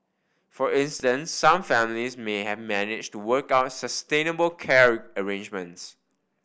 for instance some families may have managed to work out sustainable care arrangements